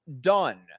done